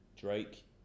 Drake